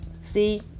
see